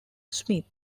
smith